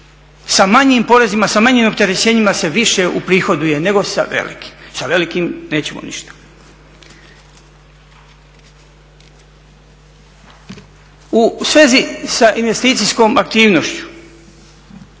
Sa manjim porezima, sa manjim opterećenjima se više uprihoduje nego sa velikim, sa velikim nećemo ništa. U svezi sa investicijskom aktivnošću,